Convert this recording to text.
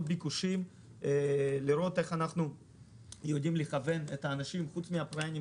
ביקושים לראות איך אנחנו יודעים לכוון את האנשים חוץ מאשר